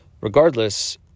regardless